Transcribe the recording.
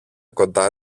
κοντά